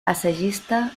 assagista